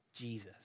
Jesus